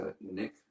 Nick